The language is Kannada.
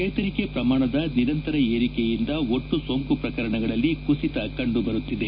ಚೇತರಿಕೆಯ ಪ್ರಮಾಣ ನಿರಂತರ ಏರಿಕೆಯಿಂದ ಒಟ್ಟು ಸೋಂಕು ಪ್ರಕರಣಗಳಲ್ಲಿ ಕುಸಿತ ಕಂಡುಬರುತ್ತಿದೆ